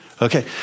Okay